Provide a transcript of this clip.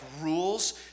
rules